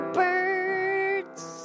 birds